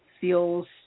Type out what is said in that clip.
feels